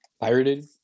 Pirated